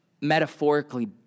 metaphorically